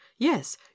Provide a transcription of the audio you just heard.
yes